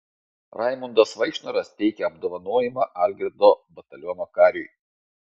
raimundas vaikšnoras teikia apdovanojimą algirdo bataliono kariui